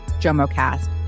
JOMOcast